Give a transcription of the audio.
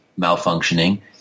malfunctioning